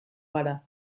gara